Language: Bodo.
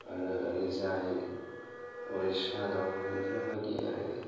आरो ओरैजाय उरिस्सा दं बेफोर बादि आरो